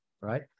right